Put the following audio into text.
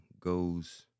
goes